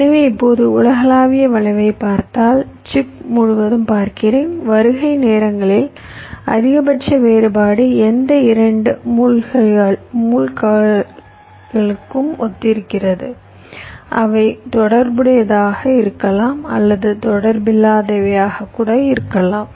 எனவே இப்போது உலகளாவிய வளைவைப் பார்த்தால் சிப் முழுவதும் பார்க்கிறேன் வருகை நேரங்களில் அதிகபட்ச வேறுபாடு எந்த 2 மூழ்கல்களுக்கும் ஒத்திருக்கிறது அவை தொடர்புடையதாக இருக்கலாம் அல்லது தொடர்பில்லாதவையாக இருக்கலாம்